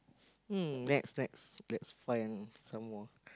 um next next let's find some more